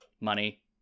money